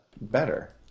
better